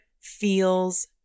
feels